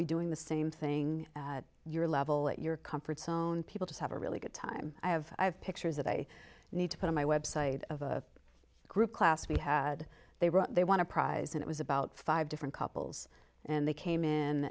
be doing the same thing at your level at your comfort zone people just have a really good time i have i have pictures that i need to put on my website of a group class we had they were they want to prize and it was about five different couples and they came in